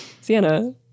Sienna